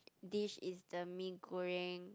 dish is the mee-goreng